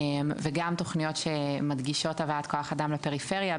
וגם תכניות שמדגישות הבאת כוח אדם בפריפריה,